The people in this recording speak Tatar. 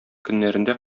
көннәрендә